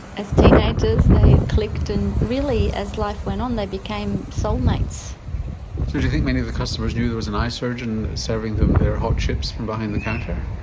as teenagers they clicked and really as life went on they became soul mates. so do you think many of the customers knew there was an eye surgeon serving them their hot chips from behind the counter?